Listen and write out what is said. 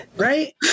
Right